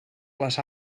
les